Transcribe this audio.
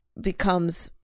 becomes